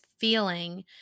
feeling